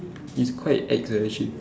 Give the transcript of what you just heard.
it's quite ex leh legit